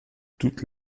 toutes